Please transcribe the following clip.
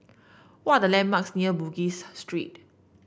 what are the landmarks near Bugis Street